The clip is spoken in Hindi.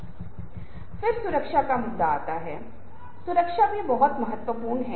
उनमें से एक यह है कि आधुनिक जीवन स्क्रीन पर होता है वास्तव में इसका क्या मतलब है